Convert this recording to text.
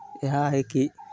इएह हइ कि